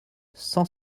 cent